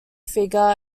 figure